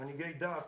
מנהיגי דעת,